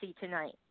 tonight